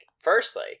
Firstly